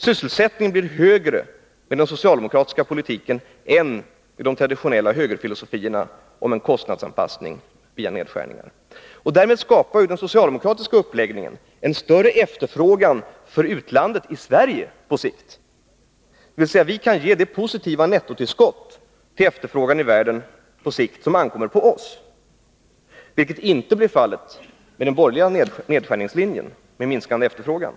Sysselsättningen blir högre med den socialdemokratiska politiken än med de traditionella högerfilosofierna om kostnadsanpassning via nedskärningar. Därmed skapar den socialdemokratiska uppläggningen en större efterfrågan för utlandet i Sverige på sikt, dvs. vi kan ge det positiva nettotillskott till efterfrågan i världen som ankommer på oss, vilket inte blir fallet med den borgerliga nedskärningslinjen som innebär minskande efterfrågan.